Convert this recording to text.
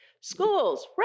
Schools